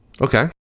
Okay